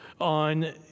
on